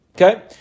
Okay